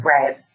Right